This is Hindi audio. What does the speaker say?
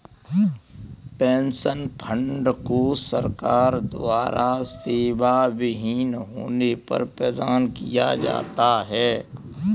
पेन्शन फंड को सरकार द्वारा सेवाविहीन होने पर प्रदान किया जाता है